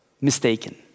mistaken